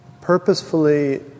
purposefully